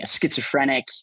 schizophrenic